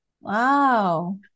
Wow